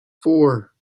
four